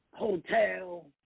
Hotel